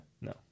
no